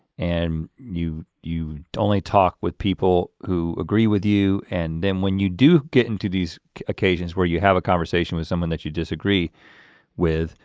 and you you only talk with people who agree with you, and then when you do get into these occasions where you have a conversation with someone that you disagree with,